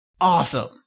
Awesome